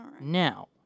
Now